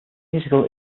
musical